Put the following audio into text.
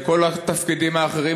מכל התפקידים האחרים,